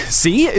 see